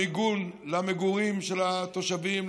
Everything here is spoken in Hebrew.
המיגון למגורים של התושבים,